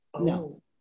No